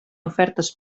ofertes